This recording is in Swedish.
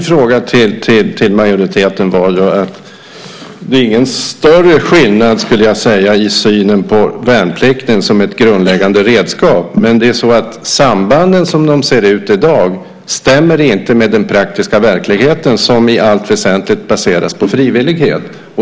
Fru talman! Det är ingen större skillnad i synen på värnplikten som ett grundläggande redskap. Men sambanden, som dessa i dag ser ut, stämmer inte överens med den praktiska verkligheten, som i allt väsentligt baseras på frivillighet.